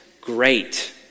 great